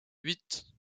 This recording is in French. huit